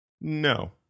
No